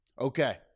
Okay